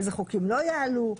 אילו חוקים לא יעלה,